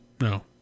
No